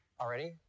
Already